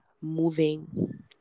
moving